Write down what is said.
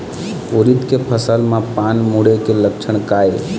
उरीद के फसल म पान मुड़े के लक्षण का ये?